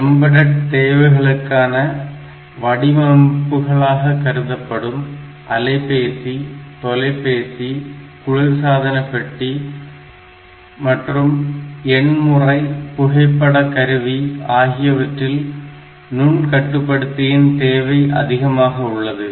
embedded தேவைகளுக்கான வடிவமைப்புகளாக கருதப்படும் அலைபேசி தொலைபேசி குளிர்சாதன பெட்டி மற்றும் எண் முறை புகைப்படக்கருவி ஆகியவற்றில் நுண்கட்டுப்படுத்தியின் தேவை அதிகமாக உள்ளது